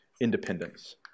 independence